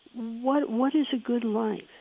what what is a good life?